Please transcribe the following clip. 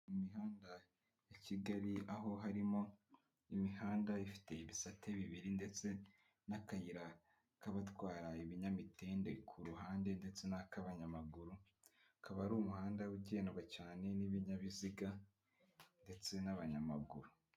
Mu mihanda ya kigali aho harimo imihanda ifite ibisate bibiri ndetse n'akayira k'abatwara ibinyamitende kuruhande ndetse n'ak'abanyamaguru, akaba ari umuhanda ugendwa cyane n'ibinyabiziga ndetse n'abanyamaguru.